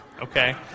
okay